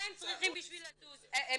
הם צריכים בשביל לזוז --- הכסף לא נוצל,